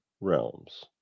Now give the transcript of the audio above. realms